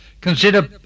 consider